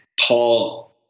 Paul